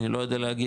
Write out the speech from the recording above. אני לא יודע להגיד,